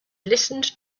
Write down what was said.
listened